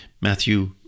Matthew